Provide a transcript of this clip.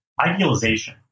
idealization